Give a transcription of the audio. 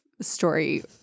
story